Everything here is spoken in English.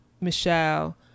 Michelle